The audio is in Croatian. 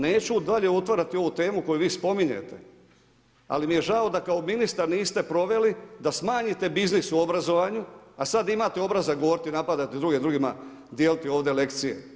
Neću dalje otvarati ovu temu koju vi spominjete, ali mi je žao da kao ministar niste proveli da smanjite biznis u obrazovanju, a sada imate obraza govoriti i napadate drugima i drugima dijeliti ovdje lekcije.